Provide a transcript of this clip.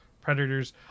Predators